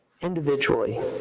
individually